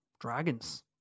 dragons